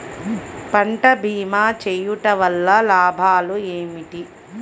పంట భీమా చేయుటవల్ల లాభాలు ఏమిటి?